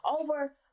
over